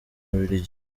bubiligi